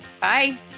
Bye